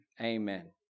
amen